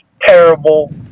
terrible